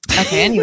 okay